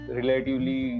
relatively